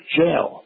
jail